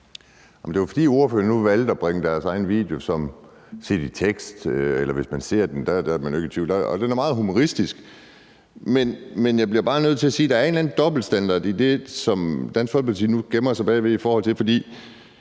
Det var, fordi ordføreren nu valgte at bringe deres egen video op. Og den er meget humoristisk. Men jeg bliver bare nødt til at sige, at der er en eller anden dobbeltstandard i det, som Dansk Folkeparti nu gemmer sig bag ved. Jeg har et citat fra